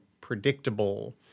predictable